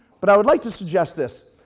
but i would like to suggest this.